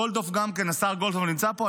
גולדקנופ גם כן, השר גולדקנופ נמצא פה?